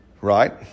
right